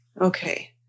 Okay